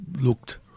looked